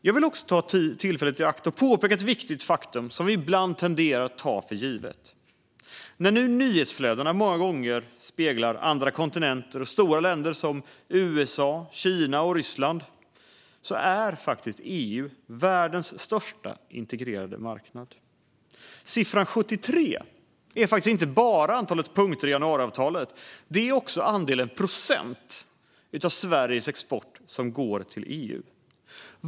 Jag vill ta tillfället i akt och påpeka ett viktigt faktum som vi ibland tenderar att ta för givet. När nu nyhetsflödena många gånger speglar andra kontinenter och stora länder som USA, Kina och Ryssland vill jag påpeka att EU faktiskt är världens största integrerade marknad. Siffran 73 är inte bara antalet punkter i januariavtalet, utan det är också så många procent av Sveriges export som går till EU.